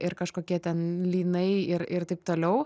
ir kažkokie ten lynai ir ir taip toliau